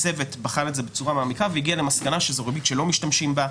הצוות בחן את זה בצורה מעמיקה והגיע למסקנה שזו ריבית שלא משתמשים בה,